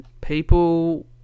people